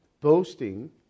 boasting